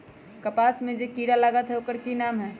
कपास में जे किरा लागत है ओकर कि नाम है?